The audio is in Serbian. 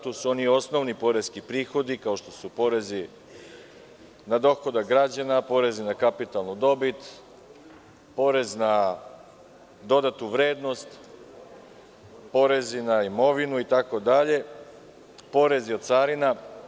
To su oni osnovni poreski prihodi, ako što su porezi na dohodak građana, porezi na kapitalnu dobit, porez na dodatu vrednost, porezi na imovinu itd, porezi od carina.